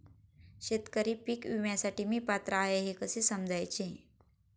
शेतकरी पीक विम्यासाठी मी पात्र आहे हे कसे समजायचे?